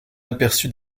aperçu